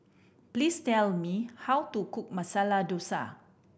please tell me how to cook Masala Dosa